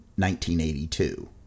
1982